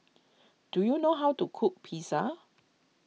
do you know how to cook Pizza